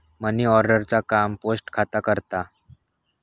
money order चा काम post खाता करता